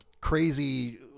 crazy